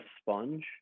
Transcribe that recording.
sponge